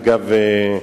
אגב,